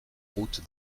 route